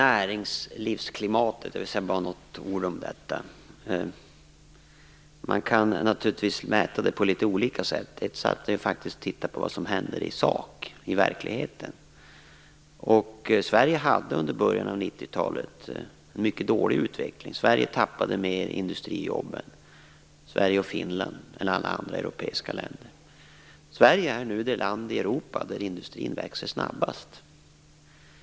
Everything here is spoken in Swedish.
Fru talman! Jag vill säga några ord om näringslivsklimatet. Man kan mäta det på litet olika sätt. Ett sätt är att faktiskt titta på vad som händer i sak i verkligheten. Sverige hade under början av 90-talet en mycket dålig utveckling. Sverige och Finland tappade mer industrijobb än alla andra europeiska länder. Sverige är nu det land i Europa där industrin växer snabbast.